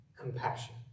compassion